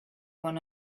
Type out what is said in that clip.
one